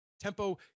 Tempo